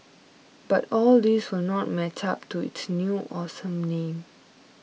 but all these will not match up to its new awesome name